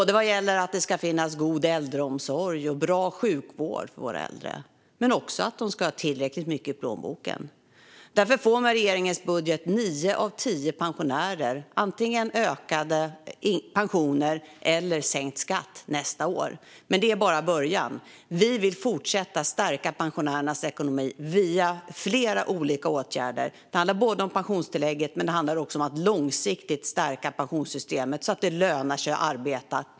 Det gäller både att det ska finnas god äldreomsorg och bra sjukvård för våra äldre och att de ska ha tillräckligt mycket i plånboken. Genom regeringens budget får därför nio av tio pensionärer antingen ökade pensioner eller sänkt skatt nästa år. Men detta är bara början. Vi vill fortsätta att stärka pensionärernas ekonomi via flera olika åtgärder. Det handlar både om pensionstillägget och om att långsiktigt stärka pensionssystemet så att det lönar sig att arbeta.